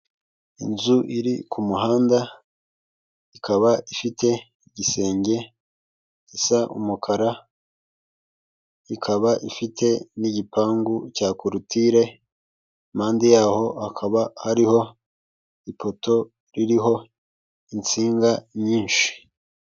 Inzu iri ku muhanda ikaba ifite igisenge gisa umukara, ikaba ifite n'igipangu cya korotire, impande yaho hakaba hariho ipoto ririho insinga nyinshi.